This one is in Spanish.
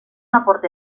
aporte